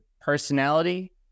personality